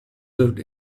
lived